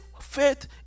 faith